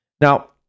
now